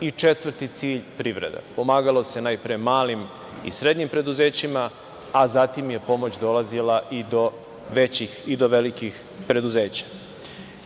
i četvrti cilj, privreda. Pomagalo se najpre malim i srednjim preduzećima, a zatim je pomoć dolazila i do velikih preduzeća. Uspeli